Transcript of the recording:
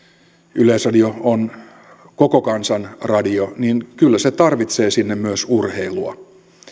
yleisradio on koko kansan radio niin kyllä se tarvitsee sinne myös urheilua